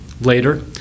later